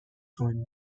zuen